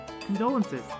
Condolences